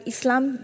Islam